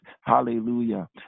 Hallelujah